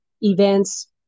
events